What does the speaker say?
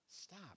stop